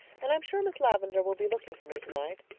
and i'm sure miss lavendar will be looking for me tonight.